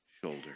shoulder